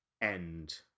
end